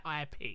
IP